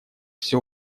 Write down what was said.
все